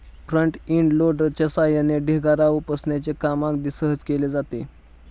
front end लोडरच्या सहाय्याने ढिगारा उपसण्याचे काम अगदी सहज केले जाते